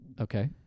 okay